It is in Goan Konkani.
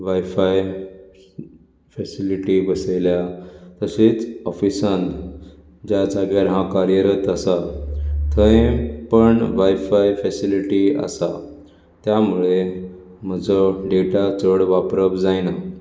वायफाय फेसिलीटी बसयल्या तशीच ऑफिसान ज्या जाग्यार हांव कार्यरत आसा थंय पण वायफाय फेसिलीटी आसा त्या मुळे म्हजो डेटा चड वापरप जायना